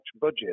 budget